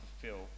fulfill